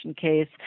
case